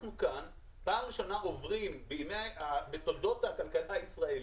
אנחנו כאן פעם ראשונה בתולדות הכלכלה הישראלית